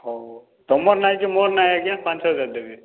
ହଉ ତୁମର ନାଇଁ କି ମୋର ନାଇଁ ଆଜ୍ଞା ପାଞ୍ଚ ହଜାର ଦେବୀ